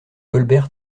colbert